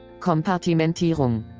Kompartimentierung